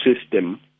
system